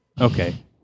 Okay